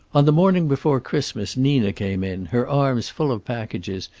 on the morning before christmas nina came in, her arms full of packages,